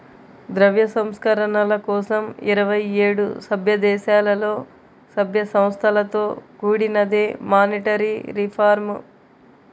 ద్రవ్య సంస్కరణల కోసం ఇరవై ఏడు సభ్యదేశాలలో, సభ్య సంస్థలతో కూడినదే మానిటరీ రిఫార్మ్